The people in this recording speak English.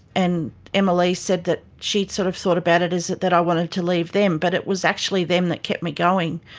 and emma leigh said that she had sort of thought about it as that that i wanted to leave them, but it was actually them that kept me going.